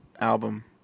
album